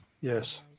Yes